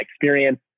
experience